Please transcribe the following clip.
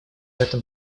этом